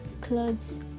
clothes